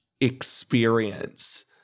experience